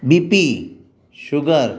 B P sugar